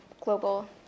global